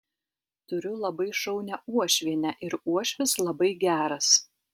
turiu labai šaunią uošvienę ir uošvis labai geras